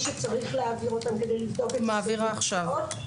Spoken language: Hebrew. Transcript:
שצריך להעביר אותם כדי לבדוק --- מעבירה עכשיו.